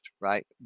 right